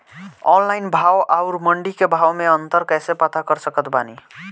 Online भाव आउर मंडी के भाव मे अंतर कैसे पता कर सकत बानी?